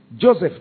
Joseph